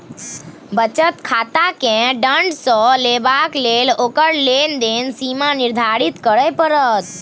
बचत खाताकेँ दण्ड सँ बचेबाक लेल ओकर लेन देनक सीमा निर्धारित करय पड़त